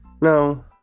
No